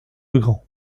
legrand